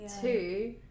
Two